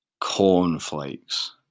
Cornflakes